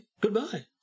goodbye